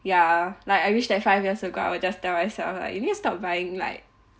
ya like I wish that five years ago I'd just tell myself like you need to stop buying like